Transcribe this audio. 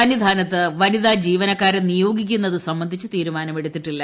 സന്നിധാനത്ത് വനിതാ ജീവനക്കാരെ നിയോഗിക്കുന്നത് സംബന്ധിച്ച് തീരുമാനം എടുത്തിട്ടില്ല